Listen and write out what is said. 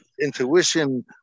intuition